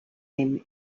him